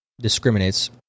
discriminates